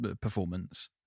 performance